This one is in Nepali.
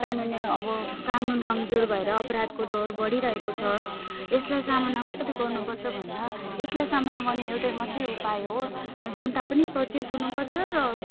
कानुनी अब कानुन कमजोर भएर अपराधको दर बढिरहेको छ यसलाई सामना कसरी गर्नुपर्छ भन्दा यसलाई सामना गर्ने एउटै मत्रै उपाय हो जनता पनि सचेत हुनुपर्छ र